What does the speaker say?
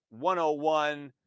101